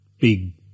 big